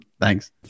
Thanks